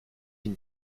une